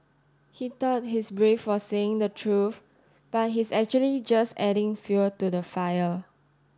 he thought he's brave for saying the truth but he's actually just adding fuel to the fire